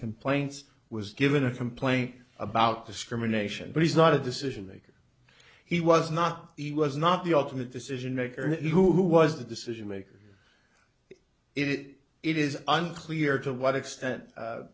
complaints was given a complaint about discrimination but he's not a decision maker he was not eat was not the ultimate decision maker who was the decision maker it it is unclear to what extent